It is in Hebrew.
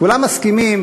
כולם מסכימים